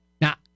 Now